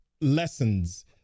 lessons